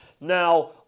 Now